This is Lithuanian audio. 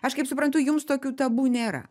aš kaip suprantu jums tokių tabu nėra